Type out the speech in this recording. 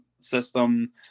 system